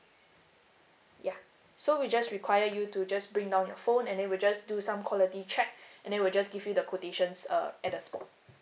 ya so we just require you to just bring down your phone and then we'll just do some quality check and then we'll just give you the quotations uh at the spot